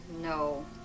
no